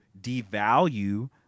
devalue